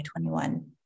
2021